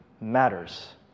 matters